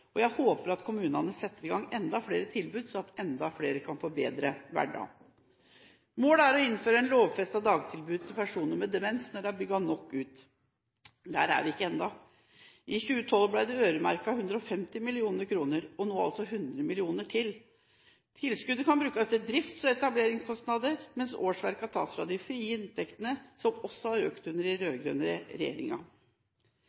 og jeg håper at kommunene setter i gang enda flere tilbud så enda flere kan få en bedre hverdag. Målet er å innføre et lovfestet dagtilbud til personer med demens når det er bygd nok ut. Der er vi ikke ennå. I 2012 ble det øremerket 150 mill. kr, og nå altså 100 mill. kr til. Tilskuddet kan brukes til drifts- og etableringskostnader, mens årsverkene tas fra de frie inntektene, som også har økt under